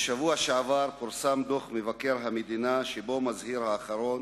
בשבוע שעבר פורסם דוח מבקר המדינה שבו מזהיר האחרון